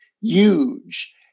huge